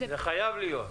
זה חייב להיות.